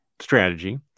strategy